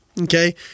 Okay